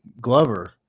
Glover